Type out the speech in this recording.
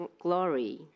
glory